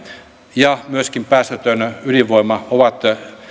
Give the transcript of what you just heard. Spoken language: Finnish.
ja myöskin päästötön ydinvoima ovat